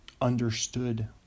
understood